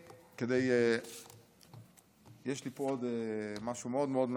יש לי פה עוד משהו מאוד מאוד מעניין.